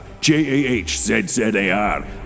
J-A-H-Z-Z-A-R